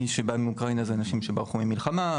מי שבאים מאוקראינה הם אנשים שברחו ממלחמה;